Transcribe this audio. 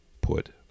put